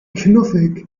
knuffig